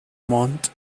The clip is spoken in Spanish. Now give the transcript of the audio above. montt